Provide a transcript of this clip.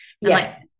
Yes